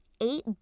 eight